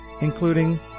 including